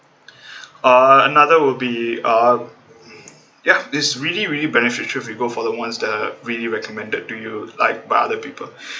uh another would be uh ya this really really benefit if you go for the ones that are really recommended to you like by other people